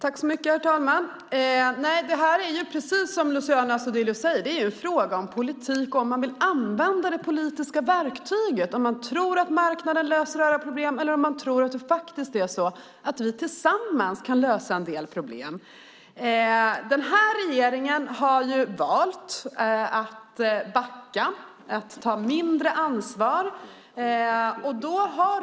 Herr talman! Det är precis som Luciano Astudillo säger. Det är en fråga om politik och om man vill använda det politiska verktyget, om man tror att marknaden löser alla problem eller om man tror att vi faktiskt kan lösa en del problem tillsammans. Den här regeringen har valt att backa och ta mindre ansvar.